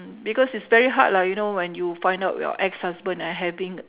because it is very hard lah you know when you find out your ex husband having